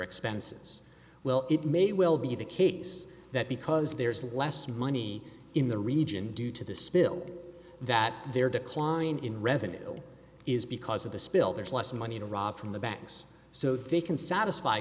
expenses well it may well be the case that because there's less money in the region due to the spill that there decline in revenue is because of the spill there's less money to rob from the banks so they can satisfy